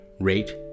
rate